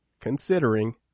considering